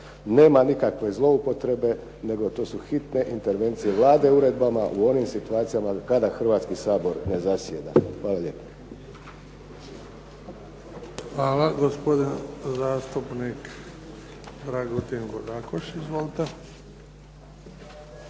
Nema nikakve zloupotrebe nego to su hitne intervencije Vlade uredbama u onim situacijama kada Hrvatski sabor ne zasjeda. Hvala lijepa. **Bebić, Luka (HDZ)** Hvala. Gospodin zastupnik Dragutin Bodakoš. Izvolite.